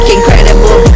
Incredible